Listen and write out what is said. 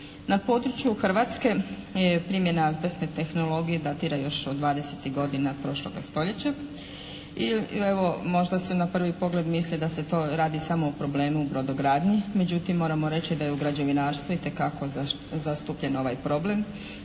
Na području Hrvatske primjena azbestne tehnologije datira još od 20-tih godina prošloga stoljeća. I evo, možda se na prvi pogled misli da se to radi samo o problemu u brodogradnji međutim moramo reći da je u građevinarstvu itekako zastupljen ovaj problem.